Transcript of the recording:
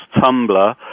tumbler